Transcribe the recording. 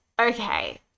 okay